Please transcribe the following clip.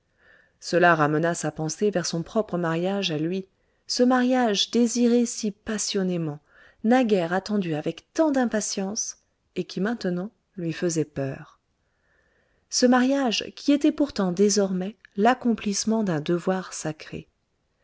cela ramena sa pensée vers son propre mariage à lui ce mariage désiré si passionnément naguère attendu avec tant d'impatience et qui maintenant lui faisait peur ce mariage qui était pourtant désormais l'accomplissement d'un devoir sacré